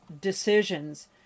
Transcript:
decisions